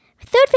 third